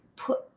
put